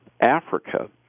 Africa